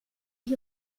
ich